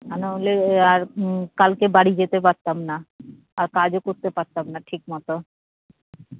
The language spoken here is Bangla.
তা নইলে আর কালকে বাড়ি যেতে পারতাম না আর কাজও করতে পারতাম না ঠিকমতো